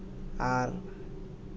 ᱟᱨ